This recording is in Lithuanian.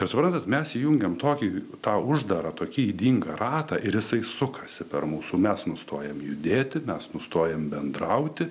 ir suprantat mes jungiame tokį tą uždarą tokį ydingą ratą ir jisai sukasi per mūsų mes nustojam judėti mes nustojam bendrauti